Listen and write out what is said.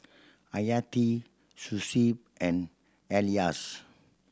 Hayati Shuib and Elyas